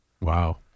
Wow